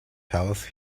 house